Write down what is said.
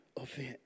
event